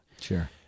Sure